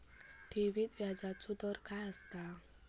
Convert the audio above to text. ठेवीत व्याजचो दर काय असता?